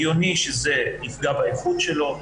הגיוני שזה יפגע באיכות שלנו,